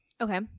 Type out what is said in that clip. Okay